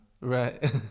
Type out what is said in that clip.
Right